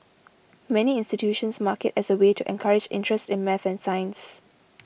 many institutions mark it as a way to encourage interest in math and science